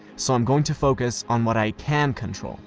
so i'm going to focus on what i can control